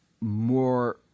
more